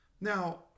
Now